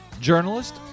journalist